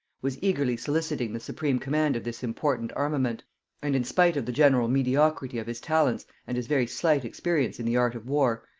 was eagerly soliciting the supreme command of this important armament and in spite of the general mediocrity of his talents and his very slight experience in the art of war,